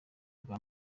bwa